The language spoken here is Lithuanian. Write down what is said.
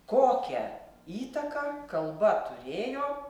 kokią įtaką kalba turėjo